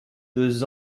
deux